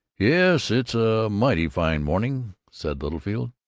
yes, it's a mighty fine morning, said littlefield.